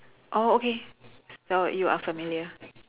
oh okay so you are familiar